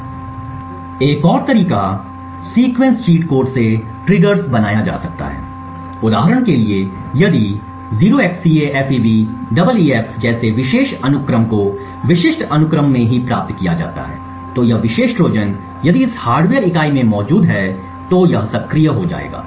Refer Slide Time 1949 एक और तरीका सीक्वेंस चीट कोड से ट्रिगर्स बनाया जा सकता है उदाहरण के लिए यदि 0xCAFEBEEF जैसे विशेष अनुक्रम को विशिष्ट अनुक्रम में ही प्राप्त किया जाता है तो यह विशेष ट्रोजन यदि इस हार्डवेयर इकाई में मौजूद है तो यह सक्रिय हो जाएगा